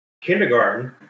kindergarten